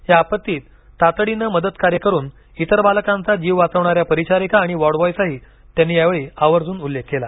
या आपत्तीत तातडीने मदतकार्य करून इतर बालकांचा जीव वाचविणाऱ्यापरिचारिका आणि वार्डबॉयचाही त्यांनी यावेळी आवर्जून उल्लेख केला